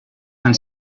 and